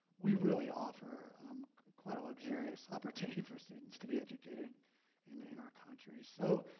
we really offer quite a luxurious opportunity for students to be educated in in our country. so